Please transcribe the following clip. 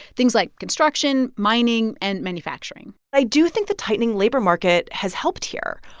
things like construction, mining and manufacturing i do think the tightening labor market has helped here.